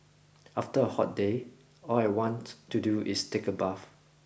after a hot day all I want to do is take a bath